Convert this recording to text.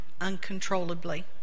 uncontrollably